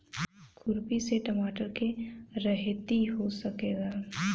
खुरपी से टमाटर के रहेती हो सकेला?